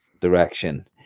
direction